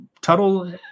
Tuttle